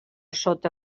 sota